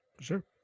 Sure